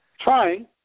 trying